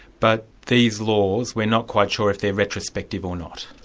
but these laws we're not quite sure if they're retrospective or not.